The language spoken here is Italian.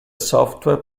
software